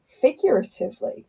Figuratively